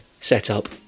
setup